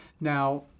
Now